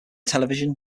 television